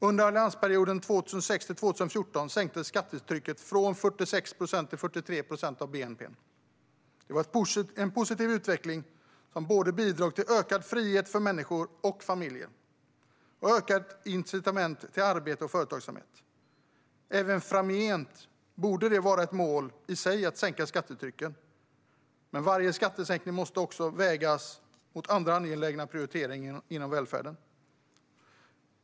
Under alliansregeringsperioderna 2006-2014 sänktes skattetrycket från 46 procent till 43 procent av bnp. Det var en positiv utveckling som bidrog både till ökad frihet för enskilda och familjer och till ökade incitament för arbete och företagsamhet. Även framgent borde det vara ett mål i sig att sänka skattetrycket, men varje skattesänkning måste också vägas mot andra angelägna prioriteringar inom välfärden.